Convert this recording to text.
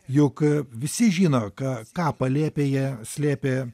juk visi žino ką ką palėpėje slėpė